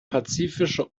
pazifische